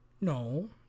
No